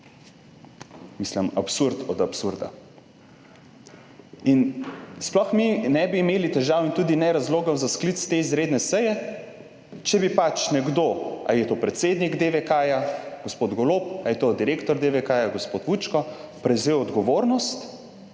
Mislim, absurd od absurda. In sploh mi ne bi imeli težav in tudi ne razlogov za sklic te izredne seje, če bi nekdo, ali je to predsednik DV, gospod Golob, ali je to direktor DVK gospod Vučko, prevzel odgovornost.